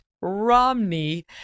Romney